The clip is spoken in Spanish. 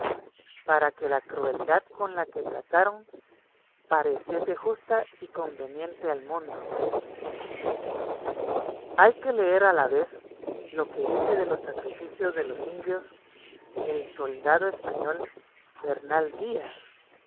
para que la crueldad con que la trataron pareciese justa y conveniente al mundo hay que leer a la vez lo que dice de los sacrificios de los indios el soldado español bernal díaz